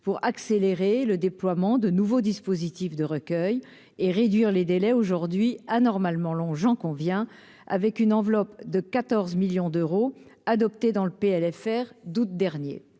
pour accélérer le déploiement de nouveaux dispositifs de recueil et réduire les délais aujourd'hui anormalement long, j'en conviens avec une enveloppe de 14 millions d'euros adopté dans le PLFR d'août dernier,